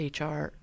HR